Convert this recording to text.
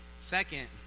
Second